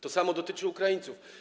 To samo dotyczy Ukraińców.